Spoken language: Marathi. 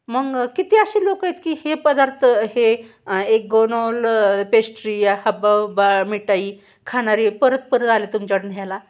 मग किती अशी लोक आहेत की हे पदार्थ हे एक गोनॉल पेश्ट्री या हब्बबा मिठाई खाणारे परत परत आले तुमच्याकडं न्यायला